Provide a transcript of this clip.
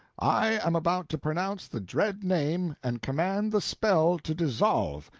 i am about to pronounce the dread name and command the spell to dissolve.